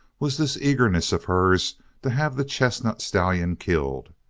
was this eagerness of hers to have the chestnut stallion killed.